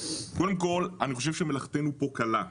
קודם כול, אני חושב שמלאכתנו פה קלה.